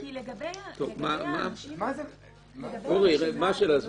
כי לגבי הרשימה --- אורי, מה השאלה?